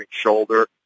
shoulder